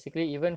err